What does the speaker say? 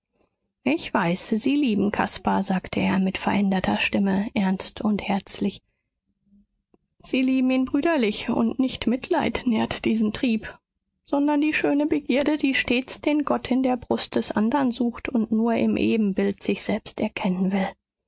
ich weiß sie lieben caspar sagte er mit veränderter stimme ernst und herzlich sie lieben ihn brüderlich und nicht mitleid nährt diesen trieb sondern die schöne begierde die stets den gott in der brust des andern sucht und nur im ebenbild sich selbst erkennen will